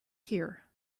here